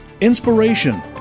inspiration